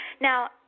Now